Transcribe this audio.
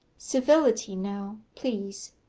civility now, please.